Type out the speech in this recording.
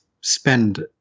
spend